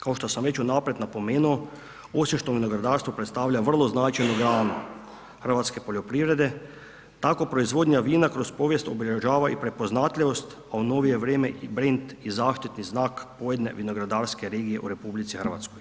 Kao što sam već unaprijed napomenuo, osim što vinogradarstvo predstavlja vrlo značajnu granu hrvatske poljoprivrede, tako proizvodnja vina kroz povijest obilježava i prepoznatljivost a u novije vrijeme i brand i zaštitni znak pojedine vinogradarske regije u RH.